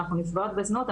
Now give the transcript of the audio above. אנחנו נפגעות בזנות,